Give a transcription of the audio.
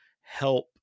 help